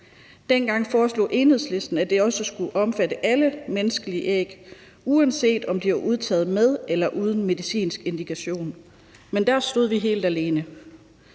Dengang foreslog Enhedslisten, at det skulle omfatte alle menneskelige æg, uanset om de var udtaget med eller uden medicinsk indikation, men der stod vi helt alene.